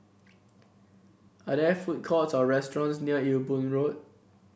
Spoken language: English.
are there food courts or restaurants near Ewe Boon Road